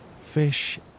fish